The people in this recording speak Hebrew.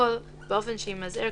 והכול באופן שימזער,